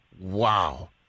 Wow